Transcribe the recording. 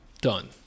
done